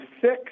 six